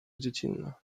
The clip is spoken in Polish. dziecinna